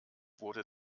wurde